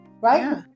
right